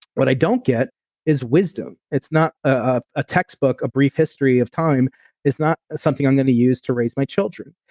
what i don't get is wisdom. it's not a ah textbook of brief history of time it's not something i'm going to use to raise my children.